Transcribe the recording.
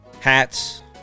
Hats